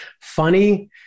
funny